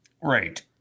Right